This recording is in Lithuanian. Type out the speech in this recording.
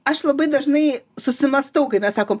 aš labai dažnai susimąstau kai mes sakom